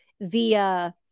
via